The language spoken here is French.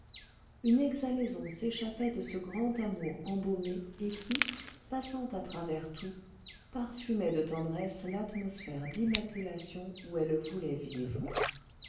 une exhalaison s'échappait de ce grand amour embaumé et qui passant à travers tout parfumait de tendresse l'atmosphère d'immaculation où elle voulait vivre